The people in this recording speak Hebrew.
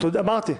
אמרתי.